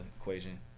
equation